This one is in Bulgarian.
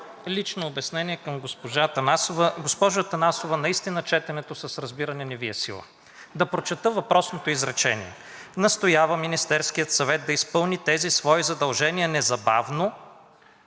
Лично обяснение към госпожа Атанасова. Госпожо Атанасова, наистина четенето с разбиране не Ви е сила. Да прочета въпросното изречение: „Настоява Министерският съвет да изпълни тези свои задължения незабавно